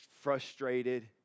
frustrated